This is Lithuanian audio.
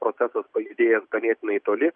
procesas pajudėjęs ganėtinai toli